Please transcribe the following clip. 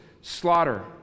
Slaughter